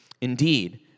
Indeed